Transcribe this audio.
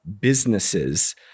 businesses